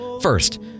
First